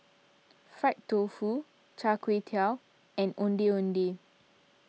Fried Tofu Char Kway Teow and Ondeh Ondeh